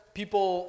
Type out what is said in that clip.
people